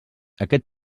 aquest